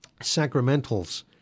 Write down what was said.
sacramentals